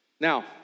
Now